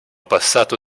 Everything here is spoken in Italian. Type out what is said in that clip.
passato